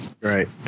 right